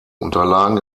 unterlagen